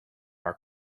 our